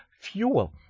fuel